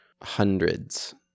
hundreds